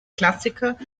klassiker